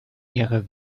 ihrer